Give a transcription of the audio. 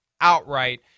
outright